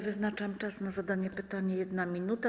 Wyznaczam czas na zadanie pytania - 1 minuta.